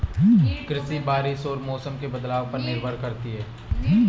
कृषि बारिश और मौसम के बदलाव पर निर्भर करती है